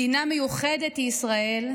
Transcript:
מדינה מיוחדת היא ישראל,